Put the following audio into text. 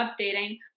updating